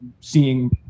seeing